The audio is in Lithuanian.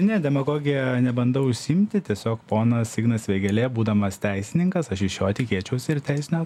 ne demagogija nebandau užsiimti tiesiog ponas ignas vėgėlė būdamas teisininkas aš iš jo tikėčiausi ir teisinio